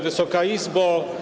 Wysoka Izbo!